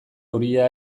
euria